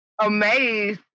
Amazed